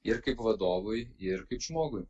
ir kaip vadovui ir kaip žmogui